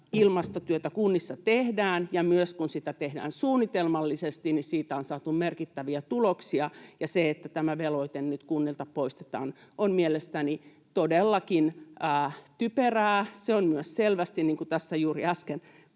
ilmastotyötä kunnissa tehdään, ja kun sitä myös tehdään suunnitelmallisesti — siitä on saatu merkittäviä tuloksia. Se, että tämä velvoite nyt kunnilta poistetaan, on mielestäni todellakin typerää. Se on myös selvästi, niin kuin tässä juuri äsken